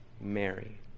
mary